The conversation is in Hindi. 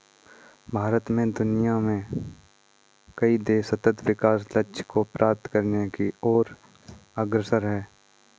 भारत और दुनिया में कई देश सतत् विकास लक्ष्य को प्राप्त करने की ओर अग्रसर है